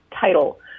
title